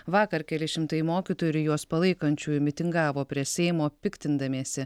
vakar keli šimtai mokytojų ir juos palaikančiųjų mitingavo prie seimo piktindamiesi